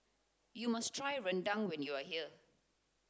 you must try rendang when you are here